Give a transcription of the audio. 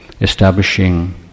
establishing